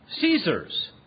Caesar's